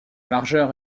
largeur